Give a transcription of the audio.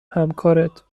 همکارت